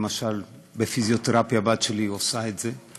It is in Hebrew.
למשל בפיזיותרפיה, הבת שלי עושה את זה,